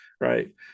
right